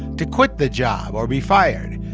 to quit the job or be fired.